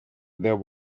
there